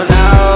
now